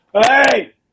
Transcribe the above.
Hey